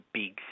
big